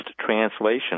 translation